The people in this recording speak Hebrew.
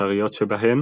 העיקריות שבהן